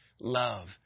love